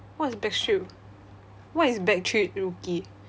what is backstreet what is backstreet rookie